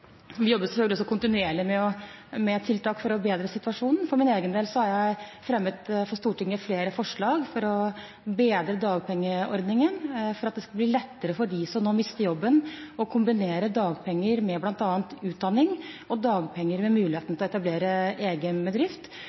vi selvfølgelig jobber kontinuerlig med tiltak for å bedre situasjonen. Jeg har fremmet for Stortinget flere forslag om å bedre dagpengeordningen slik at det skal bli lettere for dem som nå mister jobben, å kombinere dagpenger med bl.a. utdanning og med muligheten til å etablere egen bedrift.